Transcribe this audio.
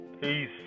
peace